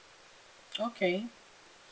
okay